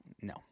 No